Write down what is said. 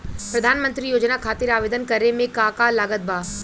प्रधानमंत्री योजना खातिर आवेदन करे मे का का लागत बा?